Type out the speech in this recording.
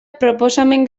proposamen